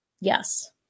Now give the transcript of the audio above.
Yes